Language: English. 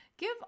Give